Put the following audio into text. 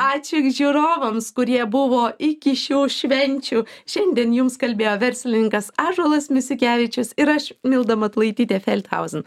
ačiū ir žiūrovams kurie buvo iki šių švenčių šiandien jums kalbėjo verslininkas ąžuolas misiukevičius ir aš milda matulaitytė feldhausen